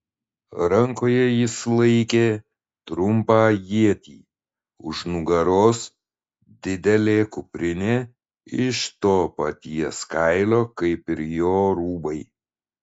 rankoje jis laikė trumpą ietį už nugaros didelė kuprinė iš to paties kailio kaip ir jo rūbai